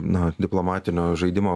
na diplomatinio žaidimo